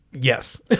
Yes